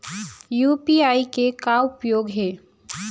UPI के का उपयोग हे?